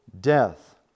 death